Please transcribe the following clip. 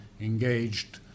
engaged